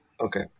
Okay